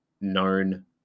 known